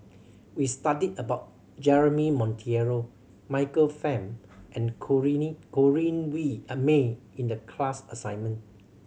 we studied about Jeremy Monteiro Michael Fam and Corrinne Way of May in the class assignment